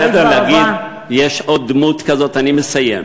בסדר, ולצערי היא